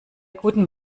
gutem